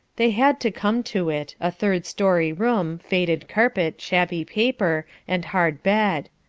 they had to come to it, a third-story room, faded carpet, shabby paper, and hard bed.